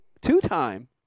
two-time